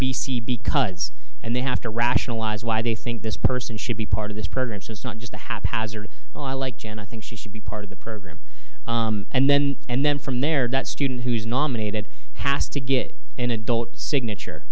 b c because they have to rationalize why they think this person should be part of this program so it's not just a haphazard like jan i think she should be part of the program and then and then from there that student who is nominated has to get an adult signature